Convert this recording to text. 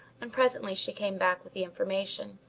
and presently she came back with the information.